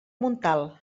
montalt